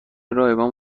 رایگان